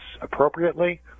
appropriately